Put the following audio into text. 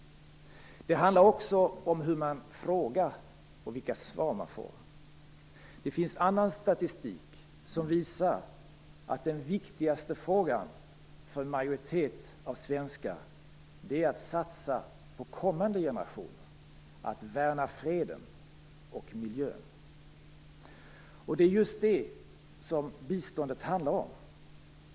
Det handlar också om hur man frågar och vilka svar man får. Det finns annan statistik som visar att den viktigaste frågan för en majoritet av svenskar är att satsa på kommande generationer, att värna freden och miljön. Det är just det som biståndet handlar om.